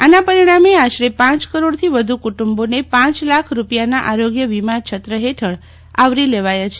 આના પરિણામે આશરે પાંચ કરોડથી વધુ કુટુંબોને પાંચ લાખ રૂપિયાના આરોગ્ય વીમા છત્ર હેઠળ આવરી લેવાયા છે